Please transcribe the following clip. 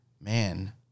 man